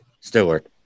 Stewart